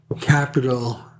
capital